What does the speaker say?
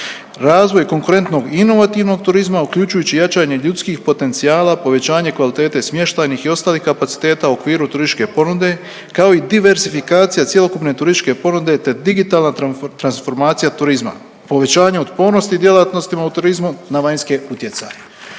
razvoj konkurentnog i inovativnog turizma uključujući jačanje ljudskih potencijala, povećanje kvaliteta smještajnih i ostalih kapaciteta u okviru turističke ponude kao i diversifikacija cjelokupne turističke ponude te digitalna transformacija turizma, povećanje otpornosti djelatnostima u turizmu na vanjske utjecaje.